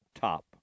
top